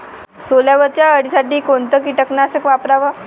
सोल्यावरच्या अळीसाठी कोनतं कीटकनाशक वापराव?